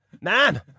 man